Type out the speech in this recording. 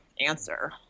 answer